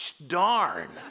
darn